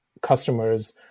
customers